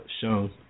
shown